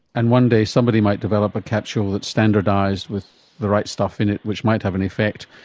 and one day somebody might develop a capsule that's standardised with the right stuff in it which might have an effect,